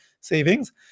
savings